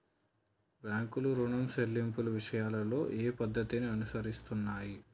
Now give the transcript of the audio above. బాంకులు రుణం సెల్లింపు విషయాలలో ఓ పద్ధతిని అనుసరిస్తున్నాయి